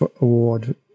award